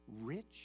rich